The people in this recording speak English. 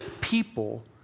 people